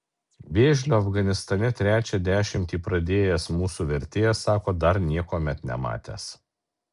vėžlio afganistane trečią dešimtį pradėjęs mūsų vertėjas sako dar niekuomet nematęs